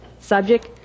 Subject